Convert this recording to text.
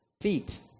feet